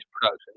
production